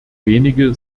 wenige